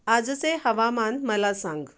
आजचे हवामान मला सांग